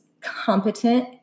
competent